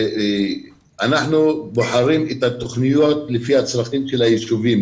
אנחנו בוחרים את התוכניות לפי הצרכים של הישובים,